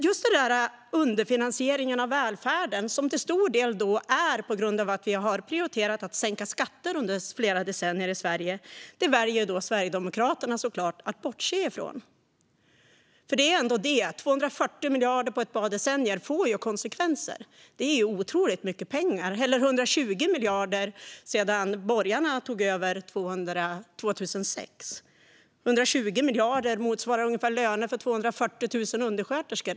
Just underfinansieringen av välfärden, som till stor del beror på att vi i Sverige har prioriterat att sänka skatter under flera decennier, väljer Sverigedemokraterna såklart att bortse från. 240 miljarder kronor på ett par decennier får ändå konsekvenser - det är otroligt mycket pengar - eller 120 miljarder kronor sedan borgarna tog över 2006. 120 miljarder kronor motsvarar ungefär löner för 240 000 undersköterskor.